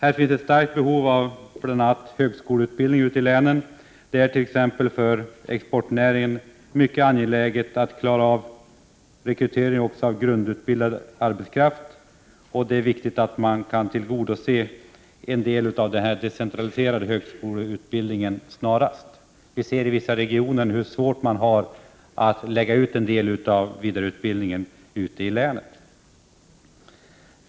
Det finns ett starkt behov av bl.a. högskoleutbildning ute i länen. Det är t.ex. för exportnäringen mycket angeläget att klara rekryteringen av grundutbildad arbetskraft, och det är viktigt att man kan genomföra en decentraliserad högskoleutbildning snarast. Vi ser hur svårt det är i vissa regioner att få till stånd en del av vidareutbildningen ute i länen.